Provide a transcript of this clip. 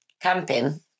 camping